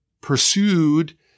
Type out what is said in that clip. pursued